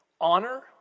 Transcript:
honor